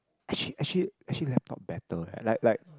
actually actually actually laptop better uh like like